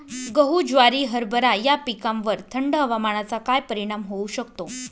गहू, ज्वारी, हरभरा या पिकांवर थंड हवामानाचा काय परिणाम होऊ शकतो?